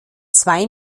zwei